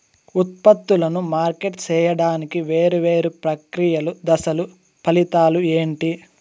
ఉత్పత్తులను మార్కెట్ సేయడానికి వేరువేరు ప్రక్రియలు దశలు ఫలితాలు ఏంటి?